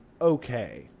okay